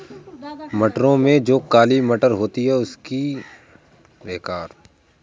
मटरों में जो काली मटर होती है उसकी किस प्रकार से वृद्धि करें?